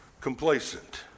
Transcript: complacent